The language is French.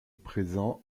présent